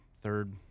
third